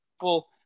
people